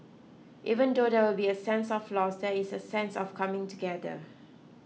even though there will be a sense of loss there is a sense of coming together